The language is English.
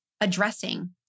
addressing